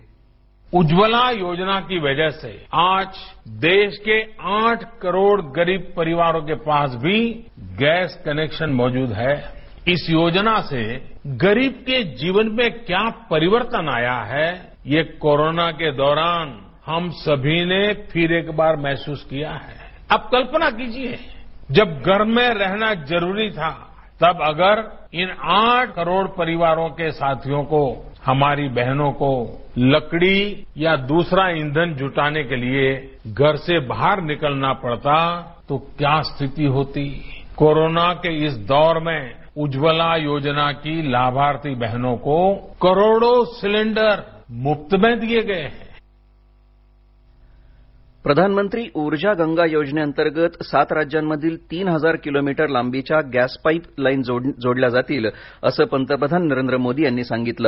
ध्वनी उज्ज्वला योजना की वजह से आज देश के आठ करोड गरीब परिवारों के पास भी गैस कनेक्शन मौजूद है इस योजना से गरीब के जीवन में क्या परिवर्तन आया है ये कोरोना के दौरान हम सभी ने फिर एक बार महसूस किया है आप कल्पना कीजिए जब घर में रहना जरूरी था तब अगर इन आठ करोड परिवारों के साथियों को हमारी बहनों को लकडी या दूसरा ईधन जुटाने के लिए घर से बाहर निकलना पडता तो क्या स्थिति होती कोरोना के इस दौर में उज्ज्वला योजना की लाभार्थी बहनों को करोडों सिलेंडर मुफ्त में दिए गए हैं प्रधानमंत्री उर्जा गंगा योजना प्रधानमंत्री ऊर्जा गंगा योजनेअंतर्गत सात राज्यांमधील तीन हजार किलोमीटर लांबीच्या गॅस पाइप लाइन जोडल्या जातील असं पंतप्रधान नरेंद्र मोदी यांनी सांगितलं